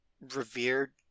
revered